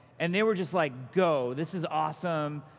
and they were just, like, go! this is awesome.